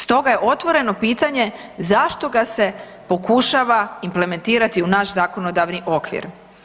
Stoga je otvoreno pitanje zašto ga se pokušava implementirati u naš zakonodavni okvir?